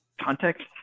context